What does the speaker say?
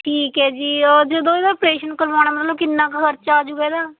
ਠੀਕ ਹੈ ਜੀ ਔਰ ਜਦੋਂ ਇਹਦਾ ਓਪਰੇਸ਼ਨ ਕਰਵਾਉਣਾ ਮਤਲਬ ਕਿੰਨਾ ਕੁ ਖਰਚਾ ਆ ਜੂਗਾ ਇਹਦਾ